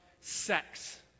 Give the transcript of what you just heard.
sex